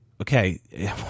Okay